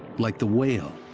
like the whale.